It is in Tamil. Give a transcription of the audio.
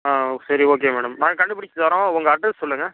ஆ சரி ஓகே மேடம் நாங்கள் கண்டுபிடிச்சிதரோம் உங்க அட்ரெஸ் சொல்லுங்க